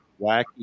wacky